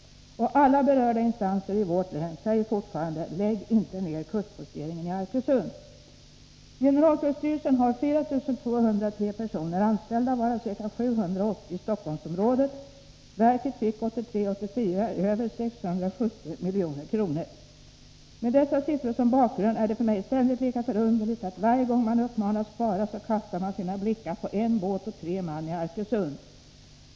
Och alla berörda instanser i vårt län säger fortfarande: Lägg inte ner kustposteringen i Arkösund! Generaltullstyrelsen har 4 203 personer anställda, varav ca 780 i Stockholmsområdet. Verket fick 1983/84 över 670 milj.kr. Med dessa siffror som bakgrund är det för mig ständigt lika förunderligt att man varje gång man uppmanas att spara kastar sina blickar på en båt och tre man i Arkösund.